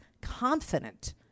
confident